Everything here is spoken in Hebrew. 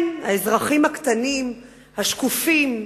כן, האזרחים הקטנים, השקופים,